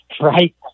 right